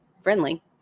friendly